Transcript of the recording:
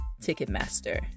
Ticketmaster